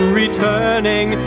returning